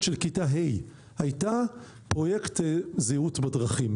של כיתה ה' הייתה פרויקט זהירות בדרכים.